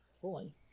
fully